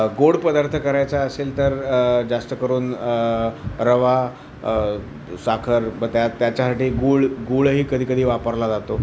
गोड पदार्थ करायचा असेल तर जास्त करून रवा साखर म त्या त्याच्यासाठी गूळ गूळही कधी कधी वापरला जातो